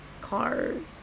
cars